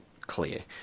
clear